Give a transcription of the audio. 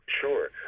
Sure